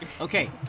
Okay